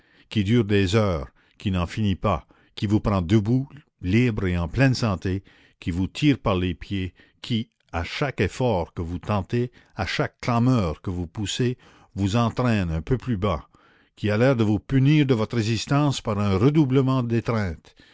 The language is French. qui dure des heures qui n'en finit pas qui vous prend debout libre et en pleine santé qui vous tire par les pieds qui à chaque effort que vous tentez à chaque clameur que vous poussez vous entraîne un peu plus bas qui a l'air de vous punir de votre résistance par un redoublement d'étreinte